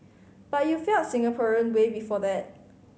but you felt Singaporean way before that